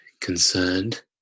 concerned